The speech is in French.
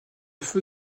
feu